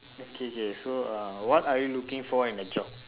okay okay so uh what are you looking for in a job